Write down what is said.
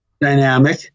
dynamic